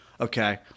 Okay